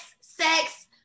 sex